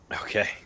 Okay